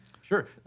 Sure